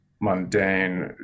mundane